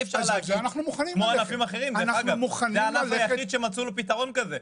אנחנו מוכנים לזה --- זה הענף היחיד שמצאו לו פתרון שכזה.